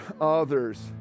others